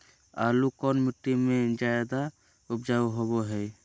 आलू कौन मिट्टी में जादा ऊपज होबो हाय?